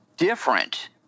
different